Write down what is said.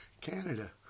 Canada